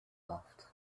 laughed